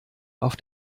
auf